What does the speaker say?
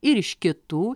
ir iš kitų